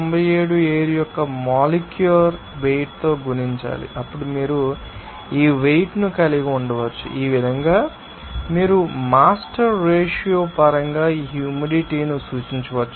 97 air యొక్క molecular weight తో గుణించాలి అప్పుడు మీరు ఈ వెయిట్ ను కలిగి ఉండవచ్చు ఈ విధంగా మీరు మాస్టర్ రేషియో పరంగా ఈ హ్యూమిడిటీ ను సూచించవచ్చు